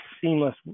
seamless